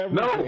no